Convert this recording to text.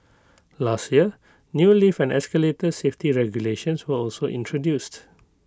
last year new lift and escalator safety regulations were also introduced